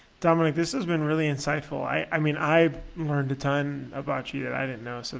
dominic this has been really insightful. i i mean i learned a ton about you that i didn't know, so